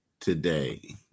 today